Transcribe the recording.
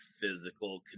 physical